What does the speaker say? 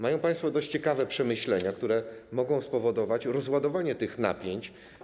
Mają państwo dość ciekawe przemyślenia, które mogą spowodować rozładowanie tych napięć.